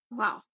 wow